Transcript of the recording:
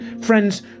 Friends